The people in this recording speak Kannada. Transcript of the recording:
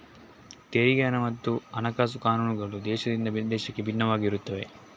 ತೆರಿಗೆ ಮತ್ತು ಹಣಕಾಸು ಕಾನೂನುಗಳು ದೇಶದಿಂದ ದೇಶಕ್ಕೆ ಭಿನ್ನವಾಗಿರುತ್ತವೆ